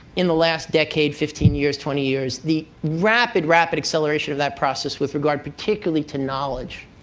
in the last decade, fifteen years, twenty years, the rapid, rapid acceleration of that process with regard, particularly, to knowledge.